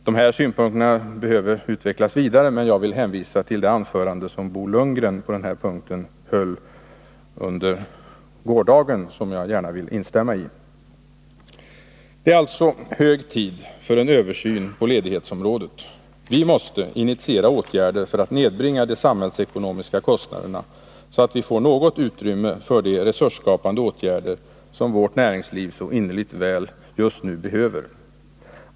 — De här synpunkterna behöver utvecklas vidare, men jag vill hänvisa till det anförande som Bo Lundgren på den här punkten höll under gårdagen och som jag gärna vill instämma i. Det är alltså hög tid för en översyn på ledighetsområdet. Vi måste initiera åtgärder för att nedbringa de samhällsekonomiska kostnaderna, så att vi får något utrymme för de resursskapande åtgärder som vårt näringsliv så innerligt väl behöver just nu.